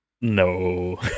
No